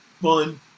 fun